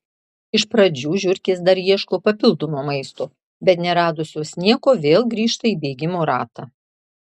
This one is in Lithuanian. iš pradžių žiurkės dar ieško papildomo maisto bet neradusios nieko vėl grįžta į bėgimo ratą